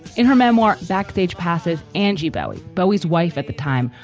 in her memoir, backstage passes angie bowie, bowie's wife at the time,